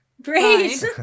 Great